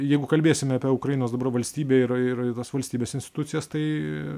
jeigu kalbėsime apie ukrainos dabar valstybę ir ir tas valstybės institucijas tai